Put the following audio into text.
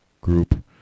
group